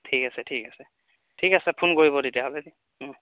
ঠিক আছে ঠিক আছে ঠিক আছে ফোন কৰিব তেতিয়াহ'লে